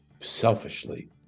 selfishly